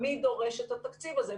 מי דורש את התקציב הזה?